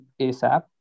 ASAP